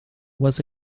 was